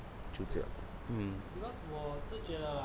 就这样 mm